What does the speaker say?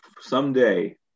Someday